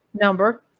number